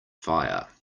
fire